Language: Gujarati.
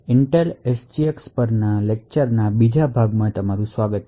SGX પરના લેક્ચરના બીજા ભાગમાં સ્વાગત છે